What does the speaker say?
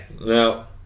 No